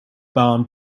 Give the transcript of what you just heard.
bound